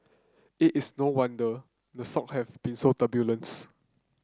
it is no wonder the stock have been so turbulence